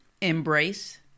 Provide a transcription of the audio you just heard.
embrace